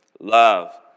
Love